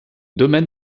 domaine